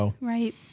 right